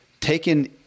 Taken